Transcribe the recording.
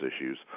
issues